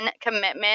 commitment